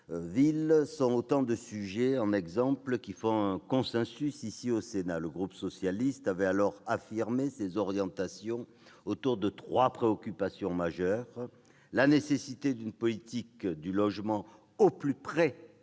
sont autant de sujets qui font consensus, ici, au Sénat. Le groupe socialiste avait alors affirmé ses orientations autour de trois préoccupations majeures : la nécessité d'une politique du logement au plus près des